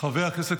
חברת הכנסת